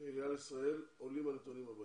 עלייה לישראל עולים הנתונים הבאים.